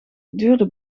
duurde